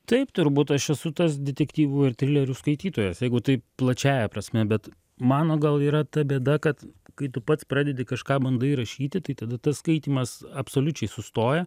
taip turbūt aš esu tas detektyvų ir trilerių skaitytojas jeigu taip plačiąja prasme bet mano gal yra ta bėda kad kai tu pats pradedi kažką bandai rašyti tai tada tas skaitymas absoliučiai sustoja